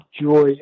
joy